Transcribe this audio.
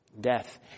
death